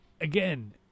again